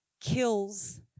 kills